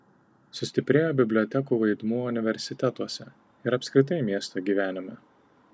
sustiprėjo bibliotekų vaidmuo universitetuose ir apskritai miesto gyvenime